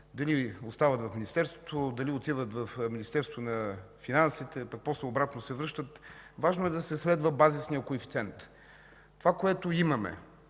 дали остават в Министерството, дали отиват в Министерството на финансите, пък после обратно се връщат. Важно е да се следва базисният коефициент – това, което имаме